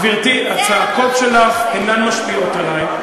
גברתי, הצעקות שלך אינן משפיעות עלי.